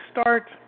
start